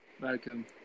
Welcome